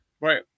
Right